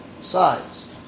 sides